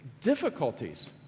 difficulties